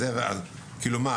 כאילו מה,